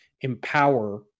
empower